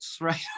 right